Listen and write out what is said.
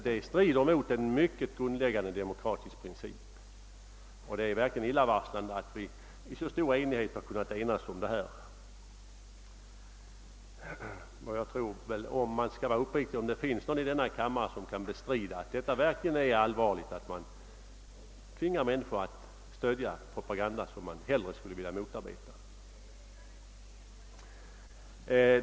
Det strider mot en mycket grundläggande demokratisk princip, och det är verkligen illavarslande att vi i så stor enighet har kunnat besluta det. Jag undrar — ifall man skall vara uppriktig — om det finns någon här i denna kammare som kan bestrida att det verkligen är allvarligt, att man tvingar människor att stödja propaganda som de hellre skulle vilja motarbeta.